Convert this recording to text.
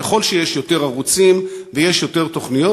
ככל שיש יותר ערוצים ויש יותר תוכניות,